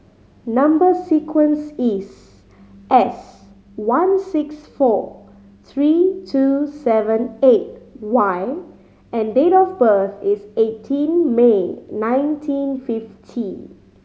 number sequence is S one six four three two seven eight Y and date of birth is eighteen May nineteen fifty